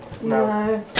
No